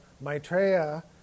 Maitreya